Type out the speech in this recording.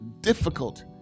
difficult